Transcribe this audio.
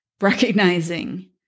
recognizing